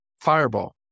fireball